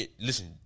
listen